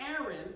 Aaron